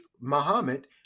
muhammad